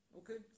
okay